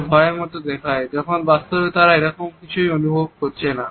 যা ভয়ের মত দেখায় যখন বাস্তবে তারা এরকম কিছুই অনুভব করছে না